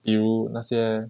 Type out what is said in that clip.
比如那些